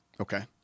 Okay